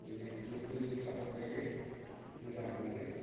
बेनो बयबो सापर्ट होयो मोजां होननानै